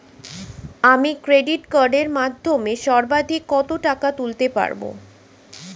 আমি ক্রেডিট কার্ডের মাধ্যমে সর্বাধিক কত টাকা তুলতে পারব?